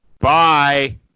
Bye